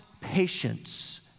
patience